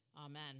Amen